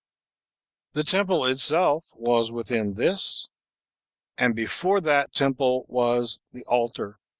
the temple itself was within this and before that temple was the altar,